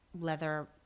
leather